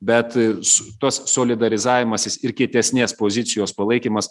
bet su tos solidarizavimasis ir kietesnės pozicijos palaikymas